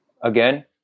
again